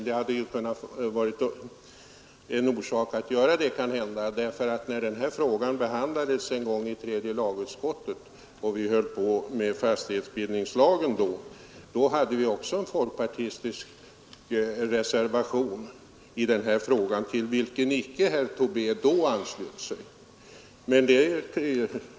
Det hade kanske funnits anledning att göra det, därför att när denna fråga en gång behandlades i tredje lagutskottet och vi höll på med fastighetsbildningslagen, så hade vi också en folkpartistisk reservation, till vilken herr Tobé då icke anslöt sig.